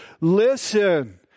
Listen